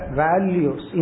values